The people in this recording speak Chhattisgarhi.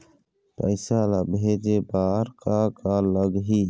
पैसा ला भेजे बार का का लगही?